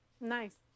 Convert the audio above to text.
Nice